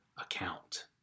account